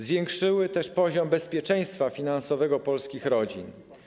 zwiększyły też poziom bezpieczeństwa finansowego polskich rodzin.